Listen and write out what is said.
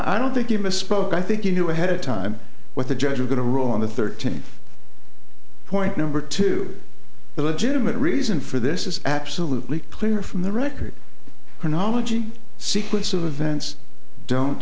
don't think you misspoke i think you knew ahead of time what the judge is going to rule on the thirteen point number two the legitimate reason for this is absolutely clear from the record chronology sequence of events don't